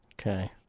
Okay